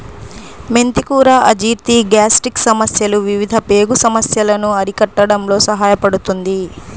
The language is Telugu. మెంతి కూర అజీర్తి, గ్యాస్ట్రిక్ సమస్యలు, వివిధ పేగు సమస్యలను అరికట్టడంలో సహాయపడుతుంది